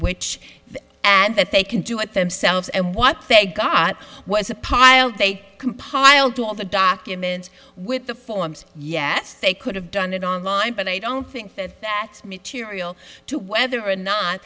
which and that they can do it themselves and what they got was a pile they compiled all the documents with the forms yes they could have done it online but i don't think that's material to whether or not